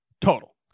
Total